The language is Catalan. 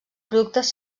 productes